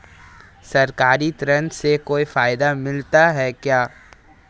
सरकारी ऋण से कोई फायदा मिलता है क्या?